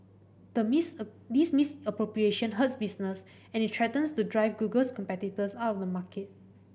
the miss a this misappropriation hurts business and it threatens to drive Google's competitors out of the market